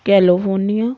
California